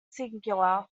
singular